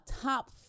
top